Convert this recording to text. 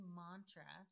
mantra